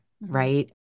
right